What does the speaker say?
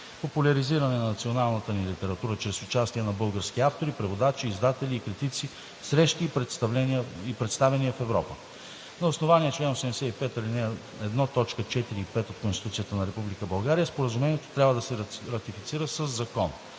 популяризиране на националната ни литература чрез участие на български автори, преводачи, издатели и критици в срещи и представяния в Европа. На основание чл. 85, ал. 1, т. 4 и 5 от Конституцията на Република България Споразумението трябва да се ратифицира със закон.